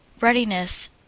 READINESS